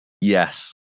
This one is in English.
Yes